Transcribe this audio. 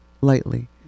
lightly